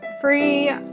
free